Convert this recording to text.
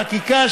בחקיקה,